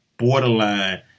borderline